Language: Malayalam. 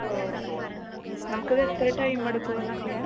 ഓ നമുക്കത് എത്ര ടൈം എടുക്കും അത് ചെയ്യാൻ